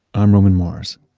i'm roman mars